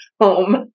home